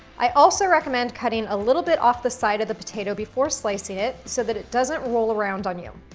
i also recommend cutting a little bit off the side of the potato before slicing it so that it doesn't roll around on you.